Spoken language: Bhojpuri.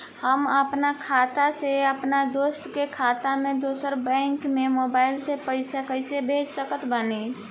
हम आपन खाता से अपना दोस्त के खाता मे दोसर बैंक मे मोबाइल से पैसा कैसे भेज सकत बानी?